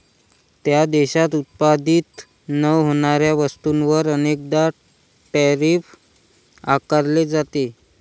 त्या देशात उत्पादित न होणाऱ्या वस्तूंवर अनेकदा टैरिफ आकारले जाते